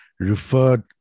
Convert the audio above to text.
referred